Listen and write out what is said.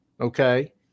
okay